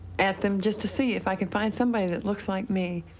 at them, just to see if i can find somebody that looks like me.